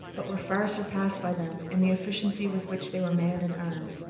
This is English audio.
but were far surpassed by them in the efficiency with which they were manned and armed.